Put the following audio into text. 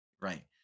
Right